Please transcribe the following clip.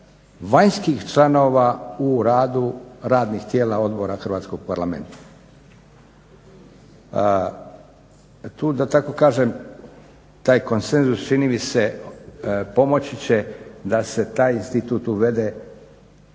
vanjskih članova u radu radnih tijela, odbora Hrvatskog parlamenta. Tu da tako kažem taj konsenzus čini mi se pomoći će da se taj institut uvede